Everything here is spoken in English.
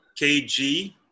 KG